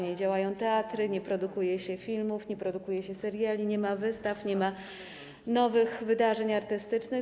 Nie działają teatry, nie produkuje się filmów, nie produkuje się seriali, nie ma wystaw, nie ma nowych wydarzeń artystycznych.